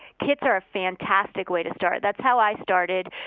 kits are a fantastic way to start that's how i started.